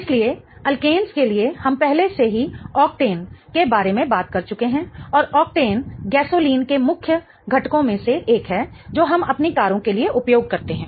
इसलिए अल्कनेस के लिए हम पहले से ही ऑक्टेन के बारे में बात कर चुके हैं और ऑक्टेन गैसोलीन के मुख्य घटकों में से एक है जो हम अपनी कारों के लिए उपयोग करते हैं